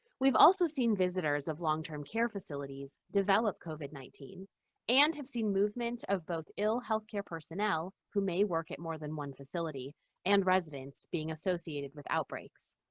we've also seen visitors of long-term care facilities develop covid nineteen and have seen movement of both ill healthcare personnel who may work at more than one facility and residents being associated with outbreaks.